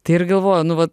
tai ir galvoju nu va